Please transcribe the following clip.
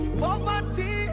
poverty